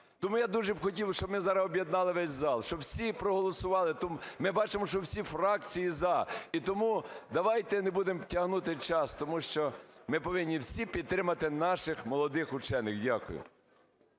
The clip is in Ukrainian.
Тому я дуже б хотів, щоб ми зараз об'єднали весь зал, щоб всі проголосували, ми бачимо, що всі фракції "за". І тому давайте не будемо тягнути час, тому що ми повинні всі підтримати наших молодих вчених. Дякую.